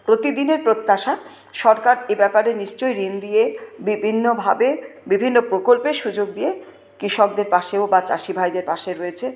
প্রতিদিনের প্রত্যাশা সরকার এ ব্যাপারে নিশ্চয় ঋণ দিয়ে বিভিন্নভাবে বিভিন্ন প্রকল্পের সুযোগ দিয়ে কৃষকদের পাশে ও বা চাষিভাইদের পাশে রয়েছে